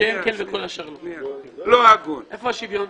איפה השוויון?